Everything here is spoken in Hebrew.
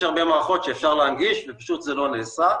יש הרבה מערכות שאפשר להנגיש ופשוט זה לא נעשה,